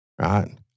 right